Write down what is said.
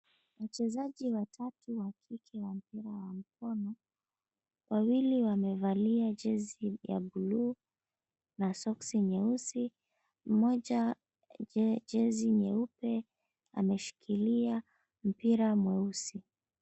Wachezaji watatu wa kike wa mpira wa mkono, wawili wamevalia jezi ya bluu na soksi nyeusi, mmoja jezi nyeupe ameshikilia mpira mweusi.